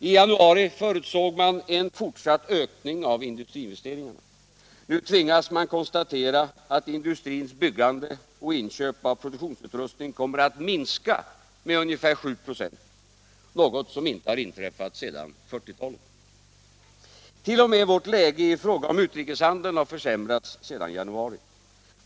I januari förutsåg man en fortsatt ökning av industriinvesteringarna. Nu tvingas man konstatera att industrins byggande och inköp av produktionsutrustning kommer att minska med ungefär 7 96, något som inte har inträffat sedan 1940-talet. T. o. m. vårt läge i fråga om utrikeshandeln har försämrats sedan i januari.